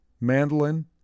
mandolin